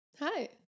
Hi